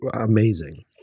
amazing